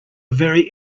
very